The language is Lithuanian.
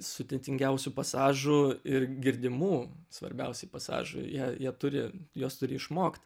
sudėtingiausių pasažų ir girdimų svarbiausiai pasažai jie jie turi juos turi išmokt